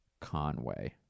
Conway